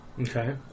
Okay